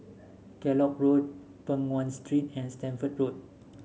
Kellock Road Peng Nguan Street and Stamford Road